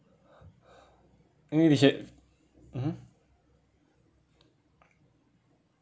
maybe we should (uh huh)